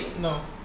no